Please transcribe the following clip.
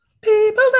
people